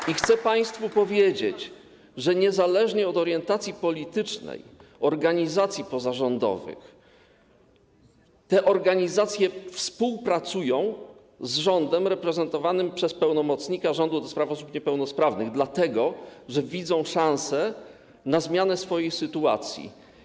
I chcę państwu powiedzieć, że niezależnie od orientacji politycznej organizacji pozarządowych organizacje te współpracują z rządem reprezentowanym przez pełnomocnika rządu do spraw osób niepełnosprawnych, dlatego że widzą szansę na zmianę swojej sytuacji.